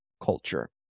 culture